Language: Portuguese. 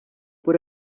por